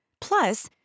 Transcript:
Plus